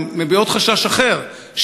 גם מביעים חשש אחר,